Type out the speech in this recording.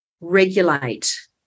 regulate